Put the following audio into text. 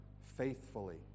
faithfully